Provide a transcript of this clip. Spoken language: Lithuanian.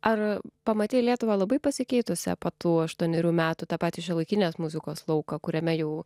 ar pamatei lietuvą labai pasikeitusią po tų aštuonerių metų tą patį šiuolaikinės muzikos lauką kuriame jau